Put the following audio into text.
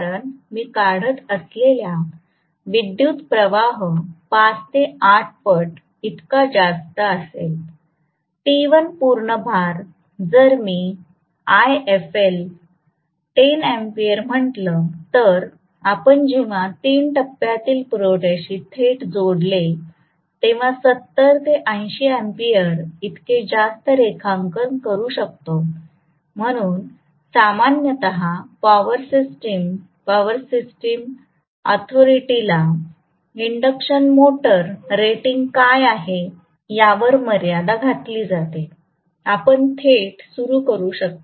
कारण मी काढत असलेल्या विद्युत् प्रवाह 5 ते 8 पट इतका जास्त असेल TI पूर्ण भार जर मी IFL 10 अँपिअर म्हटलं तर आपण जेव्हा 3 टप्प्यातील पुरवठ्याशी थेट जोडले तेव्हा 70 ते 80 अँपिअर इतके जास्त रेखांकन करू शकतो म्हणून सामान्यत पॉवर सिस्टम पॉवर सिस्टम ऑथोरिटीला इंडक्शन मोटर रेटिंग काय आहे यावर मर्यादा घातली जाते आपण थेट सुरू करू शकता